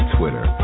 Twitter